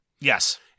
Yes